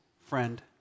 friend